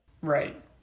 Right